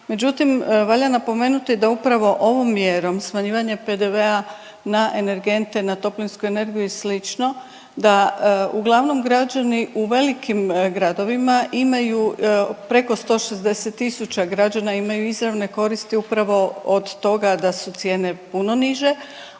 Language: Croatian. Međutim, valja napomenuti da upravo ovom mjerom smanjivanjem PDV-a na energente, na toplinsku energiju i slično da uglavnom građani u velikim gradovima imaju, preko 160 tisuća građana imaju izravne koristi upravo od toga da su cijene puno niže,